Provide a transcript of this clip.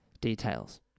Details